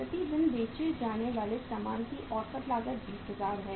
प्रति दिन बेचे जाने वाले सामान की औसत लागत 20000 है